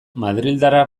madrildarra